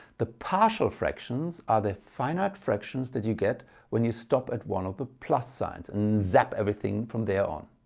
the partial fractions are the finite fractions that you get when you stop at one of the plus signs and zap everything from there on.